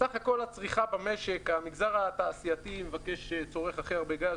סך הכול הצריכה במשק המגזר התעשייתי צורך הכי הרבה גז,